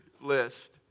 list